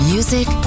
Music